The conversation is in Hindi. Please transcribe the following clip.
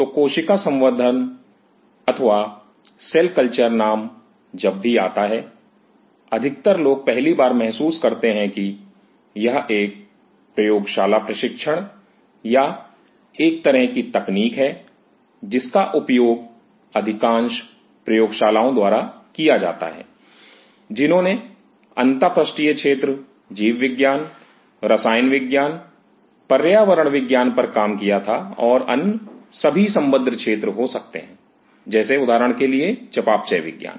तो कोशिका संवर्धन नाम जब भी आता है अधिकतर लोग पहली बार महसूस करते है कि यह एक प्रयोगशाला प्रशिक्षण या एक तरह की तकनीक है जिसका उपयोग अधिकांश प्रयोगशालाओं द्वारा किया जाता है जिन्होंने अंतःपृष्ठीय क्षेत्र जीव विज्ञान रसायन विज्ञान पर्यावरण विज्ञान पर काम किया था और अन्य सभी संबद्ध क्षेत्र हो सकते हैं जैसे उदाहरण के लिए चयापचय विज्ञान